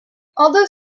although